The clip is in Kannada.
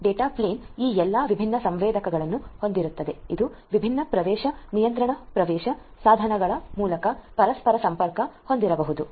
ಡೇಟಾ ಪ್ಲೇನ್ ಈ ಎಲ್ಲಾ ವಿಭಿನ್ನ ಸೆನ್ಸರ್ಗಳನ್ನು ಹೊಂದಿರುತ್ತದೆ ಇದು ವಿಭಿನ್ನ ಪ್ರವೇಶ ನಿಯಂತ್ರಣ ಪ್ರವೇಶ ಸಾಧನಗಳ ಮೂಲಕ ಪರಸ್ಪರ ಸಂಪರ್ಕ ಹೊಂದಿರಬಹುದು